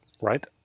right